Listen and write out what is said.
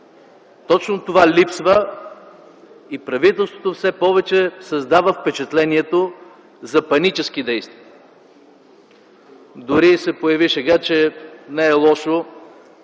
Точно това липсва и правителството все повече създава впечатлението за панически действия. Дори се появи шега, че не е лошо